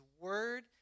word